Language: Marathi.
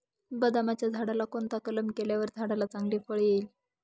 बदामाच्या झाडाला कोणता कलम केल्यावर झाडाला चांगले फळ येईल?